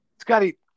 Scotty